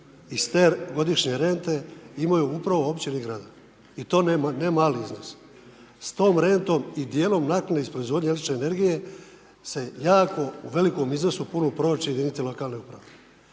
iz te godišnje rente imaju upravo općine i gradovi i to nemali iznos. S tom rentom i djelom naknade proizvodnje električne energije se jako u velikom iznosu .../Govornik se ne